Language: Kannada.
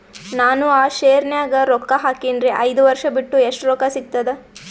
ನಾನು ಆ ಶೇರ ನ್ಯಾಗ ರೊಕ್ಕ ಹಾಕಿನ್ರಿ, ಐದ ವರ್ಷ ಬಿಟ್ಟು ಎಷ್ಟ ರೊಕ್ಕ ಸಿಗ್ತದ?